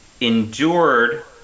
endured